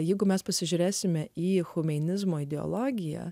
jeigu mes pasižiūrėsime į humeinizmo ideologiją